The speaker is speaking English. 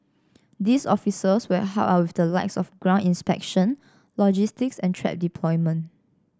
these officers will help out with the likes of ground inspection logistics and trap deployment